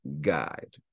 guide